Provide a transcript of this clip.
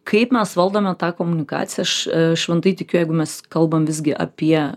kaip mes valdome tą komunikaciją aš šventai tikiu jeigu mes kalbam visgi apie